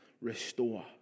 restore